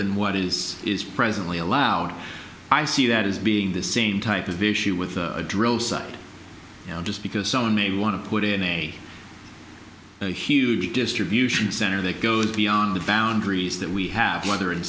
than what is is presently allowed i see that as being the same type of issue with the drill site just because someone may want to put in a huge distribution center that goes beyond the boundaries that we have whether in